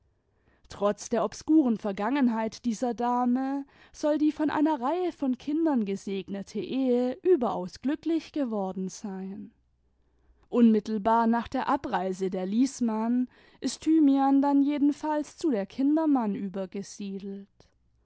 trotz der obskuren vergangenheit dieser dame soll die von einer reihe von kindern gesegnete ehe überaus glücklich geworden sein unmittelbar nach der abreise der liesmann ist thymian dann jedenfalls zu der kindermann übergesiedelt